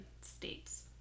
states